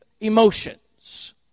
emotions